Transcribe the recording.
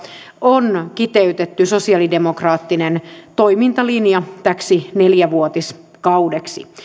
on kiteytetty sosialidemokraattinen toimintalinja täksi nelivuotiskaudeksi